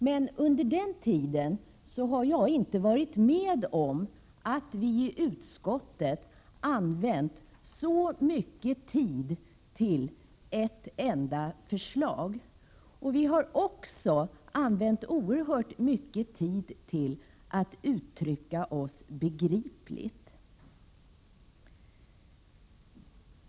Men under den tiden har jag inte varit med om att vi i utskottet använt så mycket tid till ett enda förslag. Vi har också använt oerhört mycket tid till att uttrycka oss begripligt.